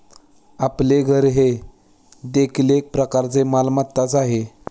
आपले घर हे देखील एक प्रकारची मालमत्ताच आहे